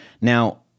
Now